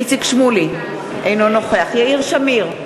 אינו נוכח יאיר שמיר,